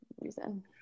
reason